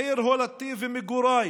עיר הולדתי ומגוריי,